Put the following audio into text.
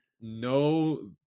No